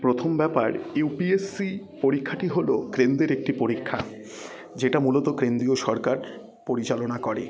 প্রথম ব্যাপার ইউপিএসসি পরীক্ষাটি হলো কেন্দ্রের একটি পরীক্ষা যেটা মূলত কেন্দ্রীয় সরকার পরিচালনা করে